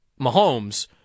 Mahomes